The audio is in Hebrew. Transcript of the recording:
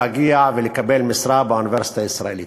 להגיע ולקבל משרה באוניברסיטה הישראלית.